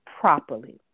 properly